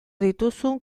dituzun